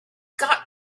got